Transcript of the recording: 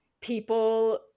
people